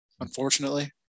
unfortunately